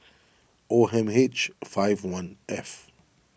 O M H five one F